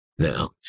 now